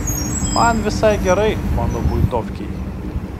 man visai gerai mano buitovkėj